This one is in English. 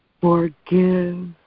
Forgive